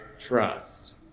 trust